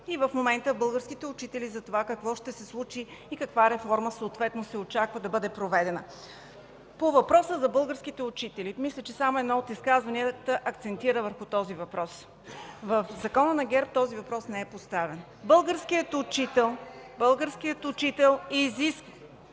в момента българските учители – за това какво ще се случи и каква реформа се очаква да бъде проведена. По въпроса за българските учители. Мисля, че само в едно от изказванията се акцентира върху този въпрос. В Закона на ГЕРБ този въпрос не е поставен. МИЛЕНА ДАМЯНОВА